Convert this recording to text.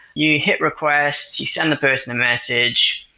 you hit request, you send the person a message,